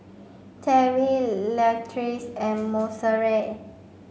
Terri Latrice and Monserrat